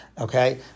Okay